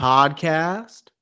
Podcast